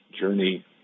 journey